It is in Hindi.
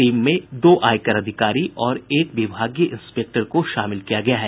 टीम में दो आयकर अधिकारी और एक विभागीय इंस्पेक्टर को शामिल किया गया है